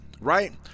right